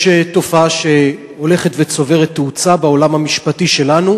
יש תופעה שהולכת וצוברת תאוצה בעולם המשפטי שלנו,